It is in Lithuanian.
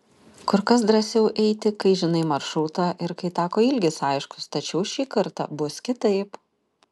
kur kas drąsiau eiti kai žinai maršrutą ir kai tako ilgis aiškus tačiau šį kartą bus kitaip